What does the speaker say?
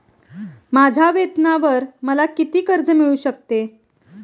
माझ्या वेतनावर मला किती कर्ज मिळू शकते?